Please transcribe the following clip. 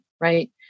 right